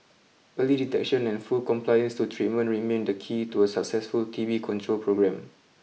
early detection and full compliance to treatment remain the key to a successful T B control programme